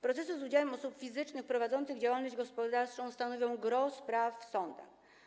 Procesy z udziałem osób fizycznych prowadzących działalność gospodarczą stanowią gros spraw w sądach.